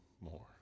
more